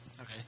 okay